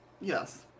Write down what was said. Yes